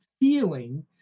feeling